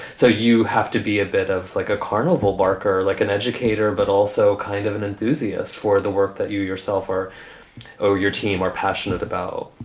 so you have to be a bit of like a carnival barker, like an educator, but also kind of an enthusiast for the work that you, yourself or or your team are passionate about.